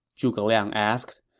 zhuge liang asked.